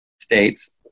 States